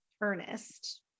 Ernest